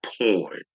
porn